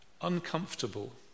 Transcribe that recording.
uncomfortable